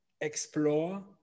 explore